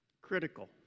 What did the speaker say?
critical